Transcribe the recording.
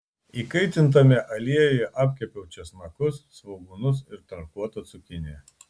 įkaitintame aliejuje apkepiau česnakus svogūnus ir tarkuotą cukiniją